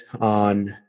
on